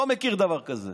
לא מכיר דבר כזה.